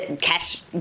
cash